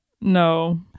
No